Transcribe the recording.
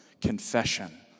confession